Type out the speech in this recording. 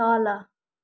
तल